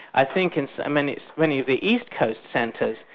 i think in many many of the east coast centres,